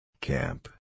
Camp